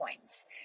points